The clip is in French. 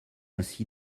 ainsi